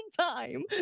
time